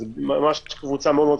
זו ממש קבוצה מאוד ספציפית.